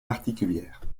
particulières